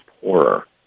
poorer